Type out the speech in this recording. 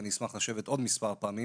ואני אשמח לשבת עוד מספר פעמים,